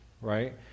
right